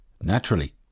naturally